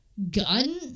gun